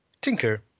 Tinker